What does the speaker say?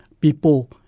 people